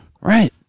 Right